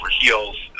heels